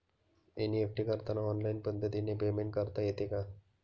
NEFT करताना online पद्धतीने payment करता येते का?